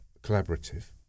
collaborative